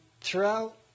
throughout